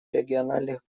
региональных